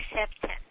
acceptance